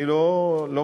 אני לא מתווכח.